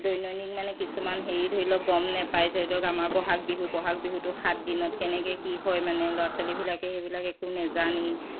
দৈনন্দিন মানে কিছুমান হেৰি ধৰি লওক গম নাপায় ধৰি লওক আমাৰ বহাগ বিহু বহাগ বিহুটো সাত দিনত কেনেকৈ কি হয় মানে ল'ৰা ছোৱালীবিলাকে সেইবিলাক একো নাজানেই